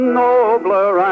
nobler